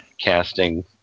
casting